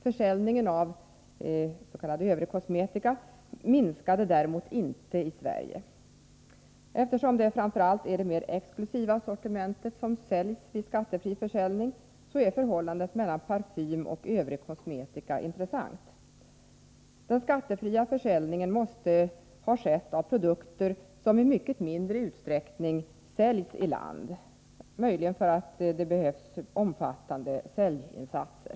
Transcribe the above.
Försäljningen av s.k. övrig kosmetika minskade däremot inte i Sverige. Eftersom det framför allt är det mer exklusiva sortimentet som säljs vid skattefri försäljning, är förhållandet mellan parfym och ”övrig kosmetika” intressant. Den skattefria försäljningen måste ha avsett produkter som i mycket mindre utsträckning säljs på land, möjligen för att det behövs omfattande säljinsatser.